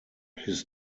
his